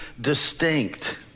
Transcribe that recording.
distinct